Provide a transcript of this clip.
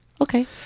Okay